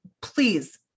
please